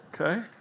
Okay